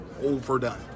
overdone